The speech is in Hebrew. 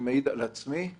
מעיד על עצמי.